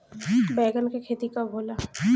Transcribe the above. बैंगन के खेती कब होला?